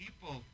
people